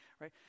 right